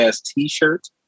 T-shirt